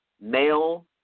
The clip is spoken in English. Male